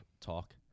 talk